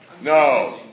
no